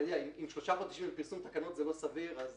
אם שלושה חודשים לפרסום תקנות זה לא סביר אז